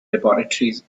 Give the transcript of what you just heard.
laboratories